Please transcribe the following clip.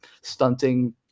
stunting